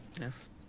yes